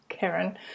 Karen